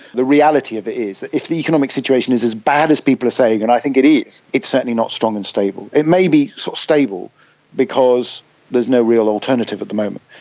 the reality of it is that if the economic situation is as bad as people are saying, and i think it is, it's certainly not strong and stable. it may be so stable because there's no real alternative at the moment.